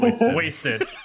Wasted